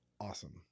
awesome